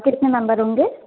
कितने मेम्बर होंगे